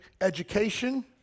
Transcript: education